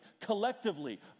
collectively